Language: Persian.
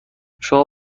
شما